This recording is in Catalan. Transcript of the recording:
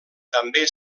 també